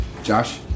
Josh